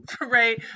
Right